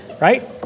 right